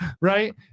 right